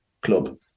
Club